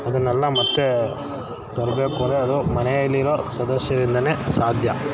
ಅದನ್ನೆಲ್ಲಾ ಮತ್ತೆ ತರಬೇಕು ಅಂದರೆ ಅದು ಮನೆಯಲ್ಲಿರೊ ಸದಸ್ಯರಿಂದಲೇ ಸಾಧ್ಯ